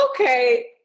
okay